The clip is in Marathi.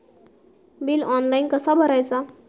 बिल ऑनलाइन कसा भरायचा?